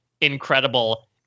incredible